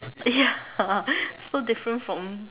ya so different from